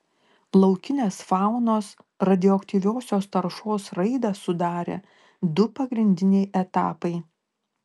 laukinės faunos radioaktyviosios taršos raidą sudarė du pagrindiniai etapai